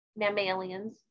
mammalians